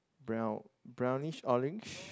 brown brownish orange